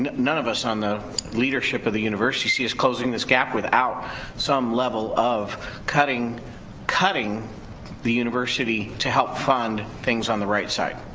none of us on the leadership of the university see us closing this gap without some level of cutting cutting the university to help fund things on the right side.